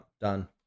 done